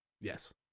Yes